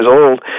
old